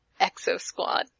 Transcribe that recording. ExoSquad